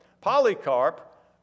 Polycarp